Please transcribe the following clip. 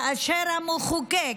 כאשר המחוקק,